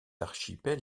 archipel